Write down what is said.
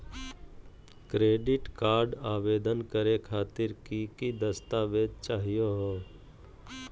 Credit card आवेदन करे खातीर कि क दस्तावेज चाहीयो हो?